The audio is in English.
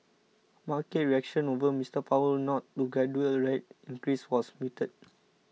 market reaction over Mister Powell's nod to gradual rate increases was muted